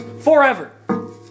forever